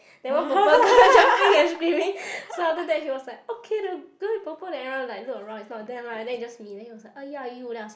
then one purple girl jumping and screaming so after that he was like okay then the girl in purple then everyone like look around is not them lah then it's just me then he was like ya you then I was like